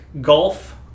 Golf